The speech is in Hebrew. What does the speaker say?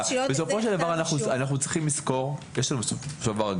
בסופו של דבר אנחנו צריכים לזכור שיש לנו מורים